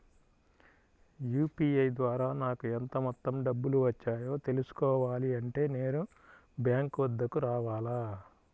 UPI ద్వారా నాకు ఎంత మొత్తం డబ్బులు వచ్చాయో తెలుసుకోవాలి అంటే నేను బ్యాంక్ వద్దకు రావాలా?